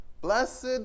blessed